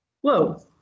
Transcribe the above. whoa